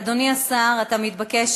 אדוני השר, אתה מתבקש